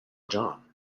john